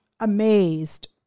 Amazed